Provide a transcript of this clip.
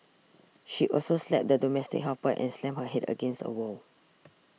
she also slapped the domestic helper and slammed her head against a wall